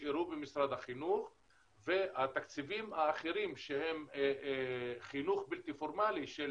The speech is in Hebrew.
נשארו במשרד החינוך והתקציבים האחרים שהם חינוך בלתי פורמלי של